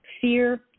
fear